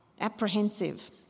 apprehensive